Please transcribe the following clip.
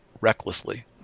recklessly